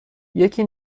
یکی